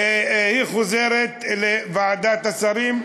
והיא חוזרת לוועדת השרים.